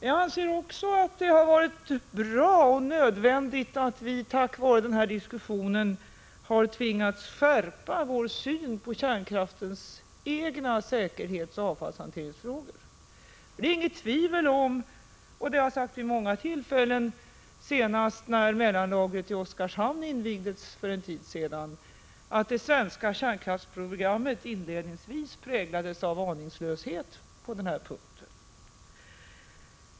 Jag anser också att det har varit bra och nödvändigt att vi tack vare den diskussionen tvingats skärpa vår syn på de med kärnkraften sammanhängande säkerhetsoch avfallshanteringsfrågorna. Det är inget tvivel om — det har jag sagt vid många tillfällen, senast när mellanlagret i Oskarshamn invigdes för en tid sedan — att det svenska kärnkraftsprogrammet inledningsvis präglades av aningslöshet på den punkten.